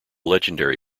legendary